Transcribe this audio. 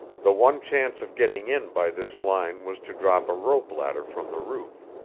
the one chance of getting in by this line was to drop a rope ladder from the roof.